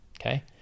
okay